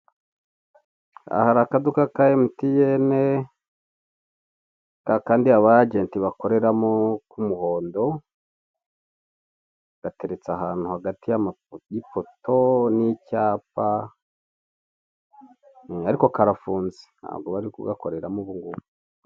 Aha hari akaduka ka MTN kakandi aba agenti bakoreramo k'umuhondo, gateretse ahantu hagati y'ipoto n'icyapa, ariko karafunze ntabwo bari kugakoreramo ubungubu.